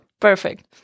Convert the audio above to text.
Perfect